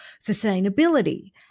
sustainability